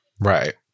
right